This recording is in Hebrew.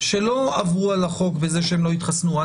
שלא עברו על החוק בזה שהם לא התחסנו.